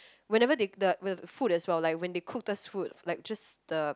whenever they the the food as well like when they cooked us food like just the